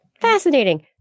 Fascinating